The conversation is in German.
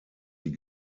die